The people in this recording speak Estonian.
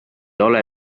ole